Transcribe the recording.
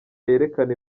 yerekane